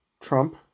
Trump